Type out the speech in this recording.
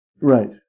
Right